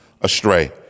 astray